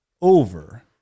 over